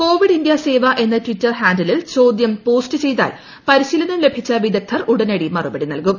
Covid India Seva എന്ന Twitter ഹാന്റിലിൽ ചോദ്യം പോസ്റ്റ് ചെയ്താൽ പരിശീലനം ലഭിച്ച വിദഗ്ദ്ധർ ഉടനടി മറുപടി നൽകും